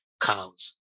cows